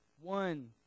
one